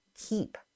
keep